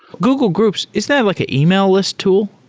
google groups, is that like an email list tool?